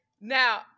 Now